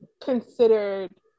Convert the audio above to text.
considered